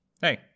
hey